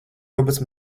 robots